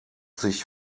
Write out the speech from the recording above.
sich